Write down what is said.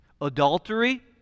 Adultery